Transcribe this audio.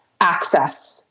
access